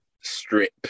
strip